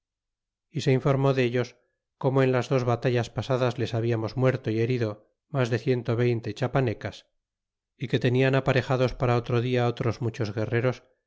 y se informó dellos como en las dos batallas pasadas les hablamos muerto y herido mas de ciento y veinte chiapanecas y que tenian aparejados para otro dia otros muchos guerreros